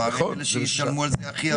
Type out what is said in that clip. הם אלה שישלמו על זה הכי הרבה.